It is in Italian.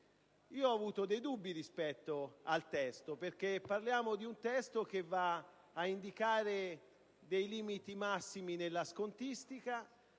Ho avuto dubbi rispetto al testo, perché si tratta di un testo che va ad indicare limiti massimi nella scontistica